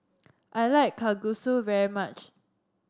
I like Kalguksu very much